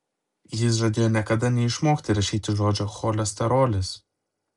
jis žadėjo niekada neišmokti rašyti žodžio cholesterolis